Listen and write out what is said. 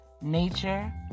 nature